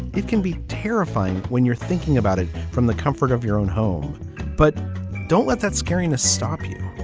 it can be terrifying when you're thinking about it from the comfort of your own home but don't let that scariness stop you.